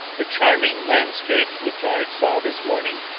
the charming landscape which i saw this morning,